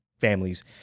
families